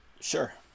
sure